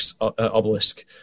obelisk